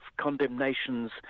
condemnations